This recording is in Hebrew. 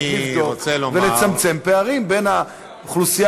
לבדוק ולצמצם פערים בין האוכלוסייה